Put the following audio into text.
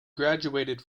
graduated